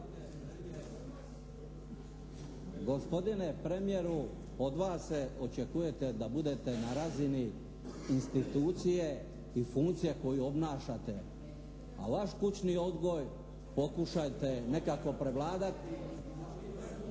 Gospodine premijeru od vas se očekuje da budete na razini institucije i funkcije koju obnašate, a vaš kućni odgoj pokušajte nekako prevladati,